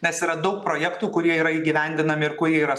nes yra daug projektų kurie yra įgyvendinami ir kurie yra